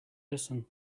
listen